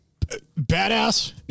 Badass